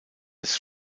des